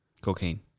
cocaine